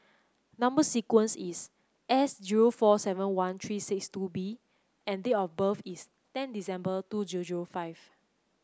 number sequence is S zero four seven one three six two B and date of birth is ten December two zero zero five